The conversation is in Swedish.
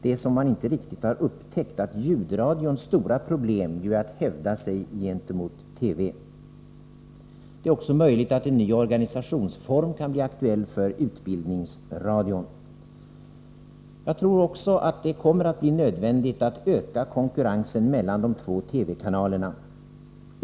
Det är som om man inte riktigt har upptäckt att ljudradions stora problem är att hävda sig gentemot TV. Det är också möjligt att en ny organisationsform kan bli aktuell för Utbildningsradion. Enligt min uppfattning kommer det också att bli nödvändigt att öka konkurrensen mellan de två TV-kanalerna.